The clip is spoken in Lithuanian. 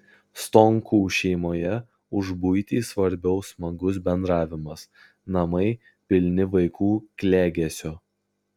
stonkų šeimoje už buitį svarbiau smagus bendravimas namai pilni vaikų klegesio